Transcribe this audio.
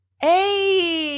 Hey